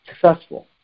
successful